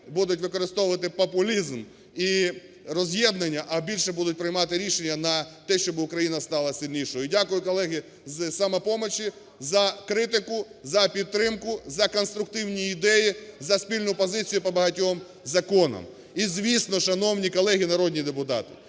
будуть використовувати популізм і роз'єднання, а більше будуть приймати рішення на те, щоб Україна стала сильнішою. Дякую, колеги з "Самопомочі", за критику, за підтримку, за конструктивні ідеї, за спільну позицію по багатьом законам. І, звісно, шановні колеги народні депутати,